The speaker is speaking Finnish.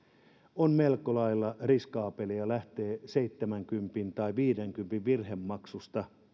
on melko lailla riskaabelia lähteä seitsemänkympin tai viidenkympin virhemaksusta